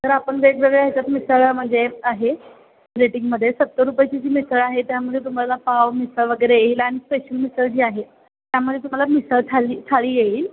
तर आपण वेगवेगळ्या आहेतच्यात मिसळ्या म्हणजे आहे रेटिंगमध्ये सत्तर रुपयाची जी मिसळ आहे त्यामध्ये तुम्हाला पाव मिसळ वगैरे येईल आणि स्पेशल मिसळ जी आहे त्यामध्ये तुम्हाला मिसळ थाळी थाळी येईल